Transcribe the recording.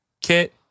Kit